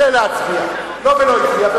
הייתי בחוץ, ורוצה להצביע, לא ולא הצביע.